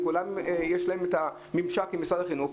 לכולם יש את הממשק עם משרד החינוך.